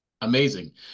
Amazing